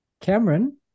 Cameron